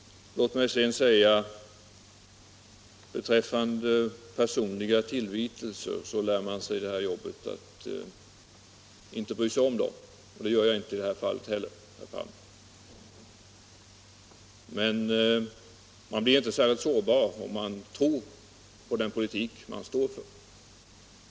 Låt mig sedan beträffande personliga tillvitelser säga att man i det här jobbet lär sig att inte bry sig om dem, och det gör jag inte heller i det här fallet, herr Palme. Man blir inte särskilt sårbar om man tror på den politik man för.